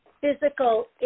physical